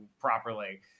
properly